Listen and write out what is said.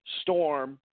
Storm